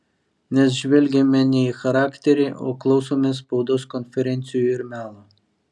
nes žvelgiame ne į charakterį o klausomės spaudos konferencijų ir melo